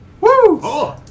Woo